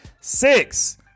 six